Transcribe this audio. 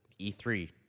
E3